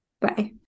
Bye